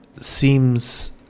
seems